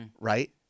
right